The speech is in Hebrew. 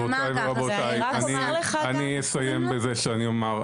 גבירותי ורבותי אני אסיים בזה שאני אומר,